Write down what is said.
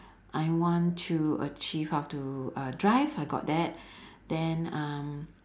I want to achieve how to uh drive I got that then um